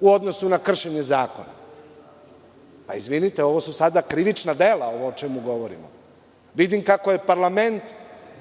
u odnosu na kršenje zakona. Izvinite, ovo su sada krivična dela o čemu govorimo. Vidim kako je parlament